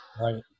Right